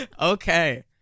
okay